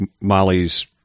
Molly's